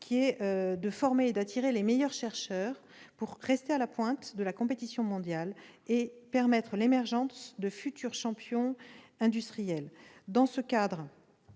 : il faut former et attirer les meilleurs chercheurs pour rester à la pointe de la compétition mondiale et permettre l'émergence de futurs champions industriels.